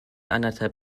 anderthalb